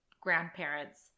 grandparents